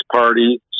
party